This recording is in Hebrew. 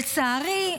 לצערי,